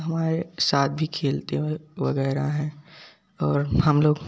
हमारे साथ भी खेलते व वगैरह है और हम लोग